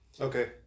Okay